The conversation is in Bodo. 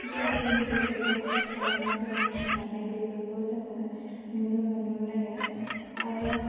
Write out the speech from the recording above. अफिसारफोरनि गोसोखौ खुसि खालामना प्रम'सन लानाय बेफोरखौ जोङो नुनो मोनोमोन आरो आरो